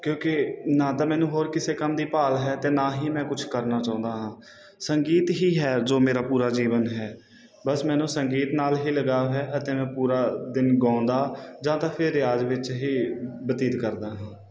ਕਿਉਂਕਿ ਨਾ ਤਾਂ ਮੈਨੂੰ ਹੋਰ ਕਿਸੇ ਕੰਮ ਦੀ ਭਾਲ ਹੈ ਅਤੇ ਨਾ ਹੀ ਮੈਂ ਕੁਛ ਕਰਨਾ ਚਾਹੁੰਦਾ ਹਾਂ ਸੰਗੀਤ ਹੀ ਹੈ ਜੋ ਮੇਰਾ ਪੂਰਾ ਜੀਵਨ ਹੈ ਬਸ ਮੈਨੂੰ ਸੰਗੀਤ ਨਾਲ ਹੀ ਲਗਾਅ ਹੈ ਅਤੇ ਮੈਂ ਪੂਰਾ ਦਿਨ ਗਾਉਂਦਾ ਜਾਂ ਤਾਂ ਫਿਰ ਰਿਆਜ ਵਿੱਚ ਹੀ ਬਤੀਤ ਕਰਦਾ ਹਾਂ